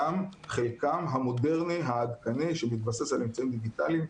גם חלקם המודרני והעדכני שמתבסס על אמצעים דיגיטליים,